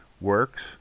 works